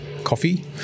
coffee